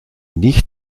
nicht